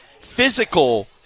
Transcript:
physical